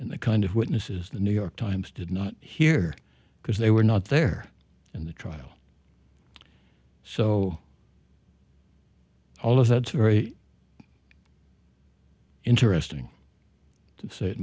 and the kind of witnesses the new york times did not hear because they were not there in the trial so all of that very interesting to say it